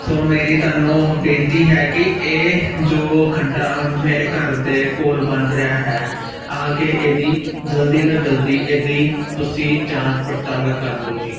ਸੋ ਮੇਰੀ ਤੁਹਾਨੂੰ ਬੇਨਤੀ ਹੈ ਕਿ ਇਹ ਜੋ ਖੱਡਾ ਮੇਰੇ ਘਰ ਦੇ ਕੋਲ ਬਣ ਰਿਹਾ ਹੈ ਆ ਕੇ ਇਹਦੀ ਜਲਦੀ ਤੋਂ ਜਲਦੀ ਇਹਦੀ ਤੁਸੀਂ ਜਾਂਚ ਪੜਤਾਲ ਕਰ ਲਓ ਜੀ